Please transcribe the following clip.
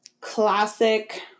classic